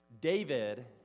David